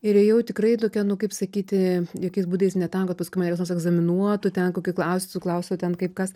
ir ėjau tikrai tokia nu kaip sakyti jokiais būdais ne tam kad paskui mane kas egzaminuotų ten koki klaustų klaustų ten kaip kas